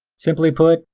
simply put,